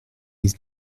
les